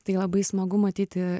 tai labai smagu matyti